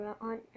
on